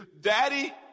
Daddy